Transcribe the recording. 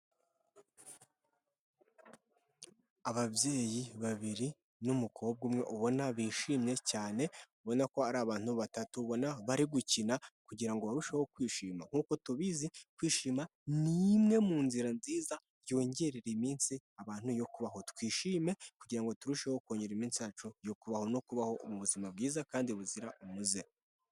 Ababyeyi babiri n'umukobwa umwe, ubona bishimye cyane ubona ko ari abantu batatubona bari gukina kugira ngo barusheho kwishima nkuko tubizi kwishima ni imwe mu nzira nziza byongerera iminsi abantu yo kubaho. Twishime kugira ngo turusheho kongera iminsi yacu yo kubaho no kubaho mu buzima bwiza kandi buzira umuze.